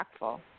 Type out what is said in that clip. impactful